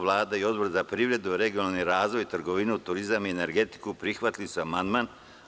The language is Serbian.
Vlada i Odbor za privredu, regionalni razvoj, trgovinu, turizam i energetiku, prihvatili su amandman.